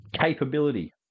Capability